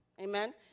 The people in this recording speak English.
Amen